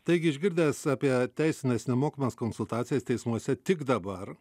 taigi išgirdęs apie teisines nemokamas konsultacijas teismuose tik dabar